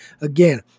Again